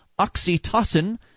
oxytocin